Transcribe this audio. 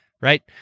right